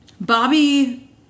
Bobby